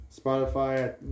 Spotify